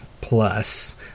plus